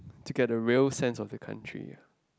to get the real sense of the country